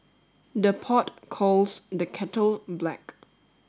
the pot calls the kettle black